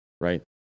right